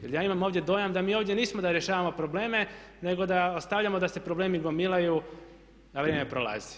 Jel ja imam ovdje dojam da mi ovdje nismo da rješavamo probleme nego da ostavljamo da se problemi gomilaju a vrijeme prolazi.